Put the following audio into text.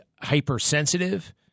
hypersensitive